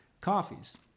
coffees